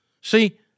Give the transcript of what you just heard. See